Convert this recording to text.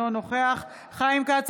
אינו נוכח חיים כץ,